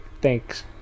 Thanks